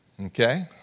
Okay